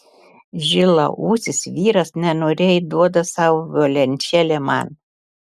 žilaūsis vyras nenoriai duoda savo violončelę man